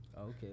okay